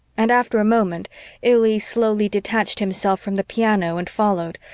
and after a moment illy slowly detached himself from the piano and followed,